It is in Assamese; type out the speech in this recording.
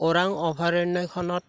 ওৰাং অভয়াৰণ্যয়খনত